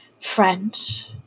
friend